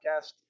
podcast